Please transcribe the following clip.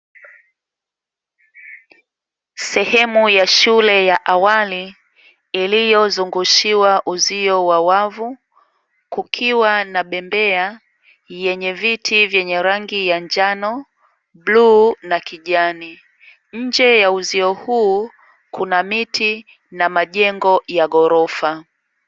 Sehemu ya shule ya awali iliyozungushiwa uzio wa wavu, kukiwa na bembea yenye viti vyenye rangi ya njano, bluu na kijani nje ya uzio huu kuna miti na majengo ya ghorofa.